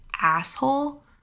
asshole